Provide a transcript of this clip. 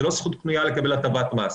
זו לא זכות קנויה לקבל הטבת מס.